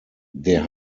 der